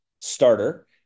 starter